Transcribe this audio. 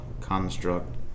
construct